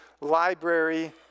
library